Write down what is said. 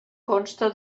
consta